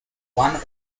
one